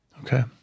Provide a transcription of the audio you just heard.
okay